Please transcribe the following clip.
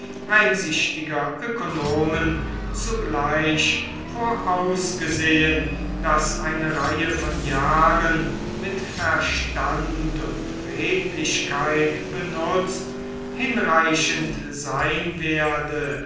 einsichtiger ökonomen zugleich vorausgesehen daß eine reihe von jahren mit verstand und redlichkeit benutzt hinreichend sein werde